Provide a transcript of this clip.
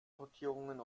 portierungen